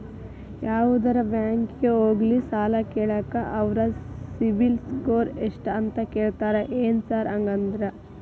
ಯಾವದರಾ ಬ್ಯಾಂಕಿಗೆ ಹೋಗ್ಲಿ ಸಾಲ ಕೇಳಾಕ ಅವ್ರ್ ಸಿಬಿಲ್ ಸ್ಕೋರ್ ಎಷ್ಟ ಅಂತಾ ಕೇಳ್ತಾರ ಏನ್ ಸಾರ್ ಹಂಗಂದ್ರ?